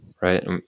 right